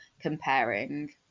comparing